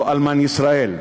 "לא אלמן ישראל",